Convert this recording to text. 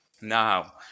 now